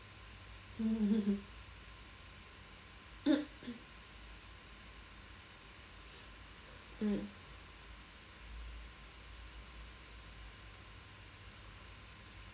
mm